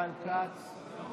חבר